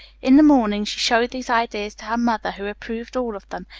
in the morning, she showed these ideas to her mother who approved all of them,